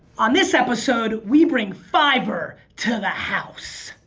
on this episode we bring fiverr to the house.